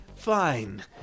Fine